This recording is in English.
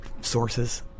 sources